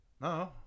No